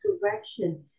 direction